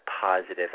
positive